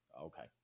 Okay